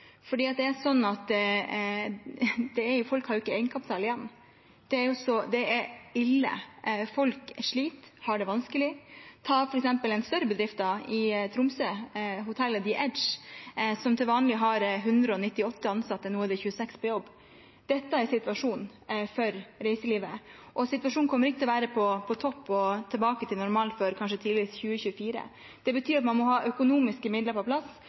folk har jo ikke egenkapital igjen. Det er ille. Folk sliter og har det vanskelig. Ta f.eks. en større bedrift i Tromsø, hotellet The Edge, som til vanlig har 198 ansatte. Nå er det 26 på jobb. Dette er situasjonen for reiselivet, og situasjonen kommer ikke til å være på topp og tilbake til normalen før kanskje tidligst 2024. Det betyr at man må ha økonomiske midler på plass.